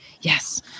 yes